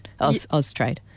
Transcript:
AusTrade